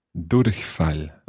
Durchfall